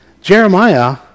Jeremiah